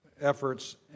efforts